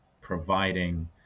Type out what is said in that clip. providing